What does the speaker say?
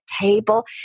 table